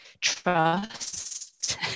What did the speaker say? trust